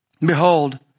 Behold